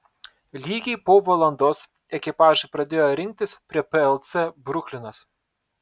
lygiai po valandos ekipažai pradėjo rinktis prie plc bruklinas